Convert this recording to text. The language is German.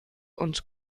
und